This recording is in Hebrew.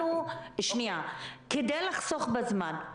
כדי לחסוך בזמן,